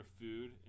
food